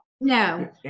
No